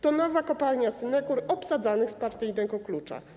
To nowa kopalnia synekur obsadzanych z partyjnego klucza.